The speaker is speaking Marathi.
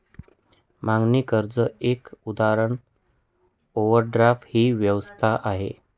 मागणी कर्जाच एक उदाहरण ओव्हरड्राफ्ट ची व्यवस्था आहे